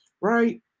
right